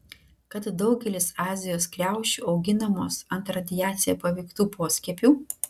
kad daugelis azijos kriaušių auginamos ant radiacija paveiktų poskiepių